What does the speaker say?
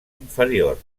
inferior